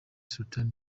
sultan